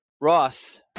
ross